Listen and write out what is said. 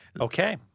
Okay